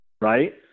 right